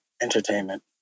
Entertainment